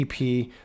EP